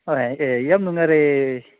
ꯍꯣꯏ ꯑꯦ ꯌꯥꯝ ꯅꯨꯡꯉꯥꯏꯔꯦ